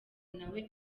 nawe